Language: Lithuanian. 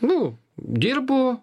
nu dirbu